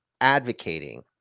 advocating